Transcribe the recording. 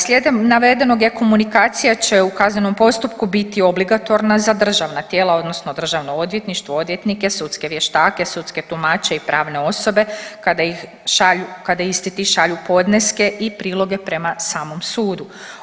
Slijedom navedenog e-komunikacija će u kaznenom postupku biti obligatorna za državna tijela odnosno Državno odvjetništvo, odvjetnike, sudske vještake, sudske tumače i pravne osobe kada ih šalju, kada isti ti šalju podneske i priloge prema samom sudu.